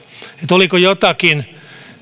oliko jotakin